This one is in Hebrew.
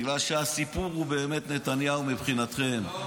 בגלל שהסיפור הוא באמת נתניהו מבחינתכם.